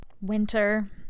winter